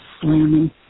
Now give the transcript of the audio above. slamming